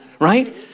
right